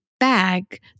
bag